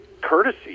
courtesy